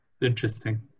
Interesting